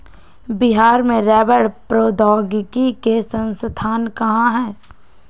बिहार में रबड़ प्रौद्योगिकी के संस्थान कहाँ हई?